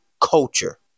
culture